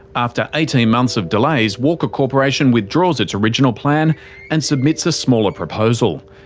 after eighteen months of delays, walker corporation withdraws its original plan and submits a smaller proposal.